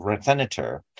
senator